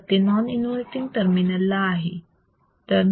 तर ते non inverting terminal ला आहे